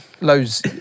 Loads